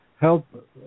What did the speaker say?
help